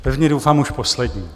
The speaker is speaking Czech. Pevně doufám už poslední.